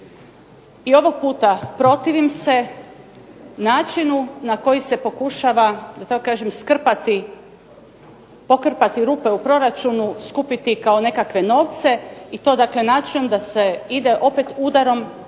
i ovog puta protivim se načinu na koji se pokušava, da tako kažem, skrpati, pokrpati rupe u proračunu, skupiti kao nekakve novce i to dakle načujem da se ide opet udarom